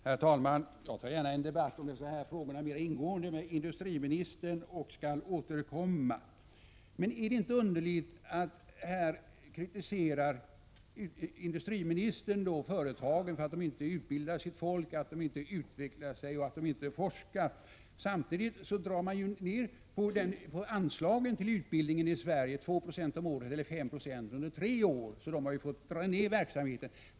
Herr talman! Jag tar gärna en mera ingående debatt om dessa frågor med industriministern, och jag skall återkomma. Men är det inte underligt att industriministern kritiserar företagen för att de inte utbildar sitt folk, utvecklar sig och forskar, och samtidigt drar man ner på anslagen till utbildningen i Sverige? Där har man ju fått dra ner på verksamheten —2 96 om året eller 5 70 under tre år.